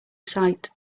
sight